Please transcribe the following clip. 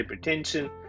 hypertension